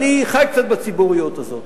אני חי קצת בציבוריות הזאת,